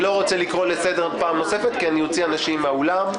אני לא רוצה לקרוא לסדר פעם נוספת כי אני אוציא אנשים מהאולם.